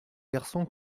garçon